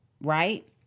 right